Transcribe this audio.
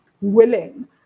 willing